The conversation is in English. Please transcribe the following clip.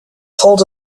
told